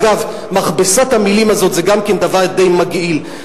אגב, מכבסת המלים הזו זה גם דבר די מגעיל.